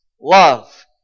love